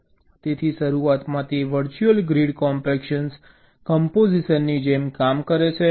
તેથી શરૂઆતમાં તે વર્ચ્યુઅલ ગ્રીડ કોમ્પેક્શન કમ્પોઝિશનની જેમ કામ કરે છે